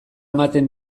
ematen